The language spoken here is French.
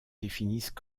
définissent